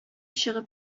чыгып